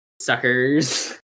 suckers